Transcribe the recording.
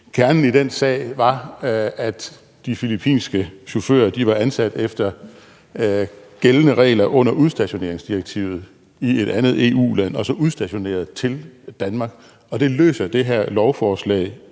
kernen i den sag var, at de filippinske chauffører var ansat efter gældende regler i et andet EU-land under udstationeringsdirektivet, altså udstationeret til Danmark. Og det løser det her lovforslag